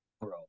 bro